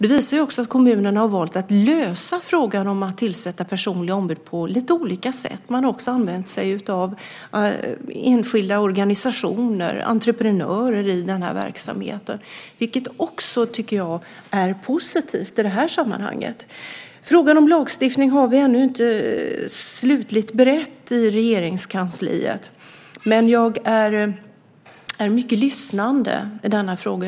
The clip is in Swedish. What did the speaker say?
Det visar att kommunerna har valt att lösa frågan om att tillsätta personliga ombud på lite olika sätt. Man har också använt sig av enskilda organisationer, entreprenörer, i den här verksamheten, vilket jag också tycker är positivt i det här sammanhanget. Frågan om lagstiftning har vi ännu inte slutligt berett i Regeringskansliet. Men jag är mycket lyssnande i denna fråga.